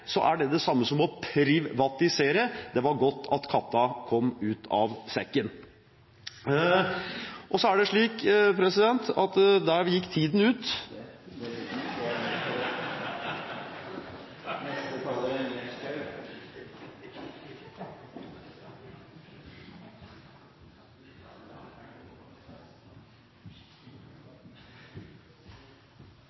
er det det samme som å privatisere. Det var godt at katta kom ut av sekken. Så er det slik at … der gikk tiden ut. Ja, det gjorde den. Det er